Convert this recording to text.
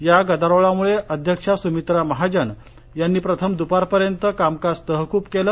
या गदारोळामुळे अध्यक्षा सुमित्रा महाजन यांनी प्रथम दुपारपर्यंत कामकाज तहकूब केलं